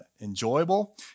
enjoyable